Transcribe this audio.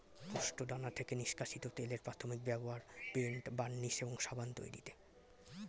পোস্তদানা থেকে নিষ্কাশিত তেলের প্রাথমিক ব্যবহার পেইন্ট, বার্নিশ এবং সাবান তৈরিতে